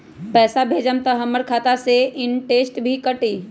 पैसा भेजम त हमर खाता से इनटेशट भी कटी?